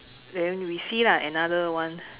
then we see lah another one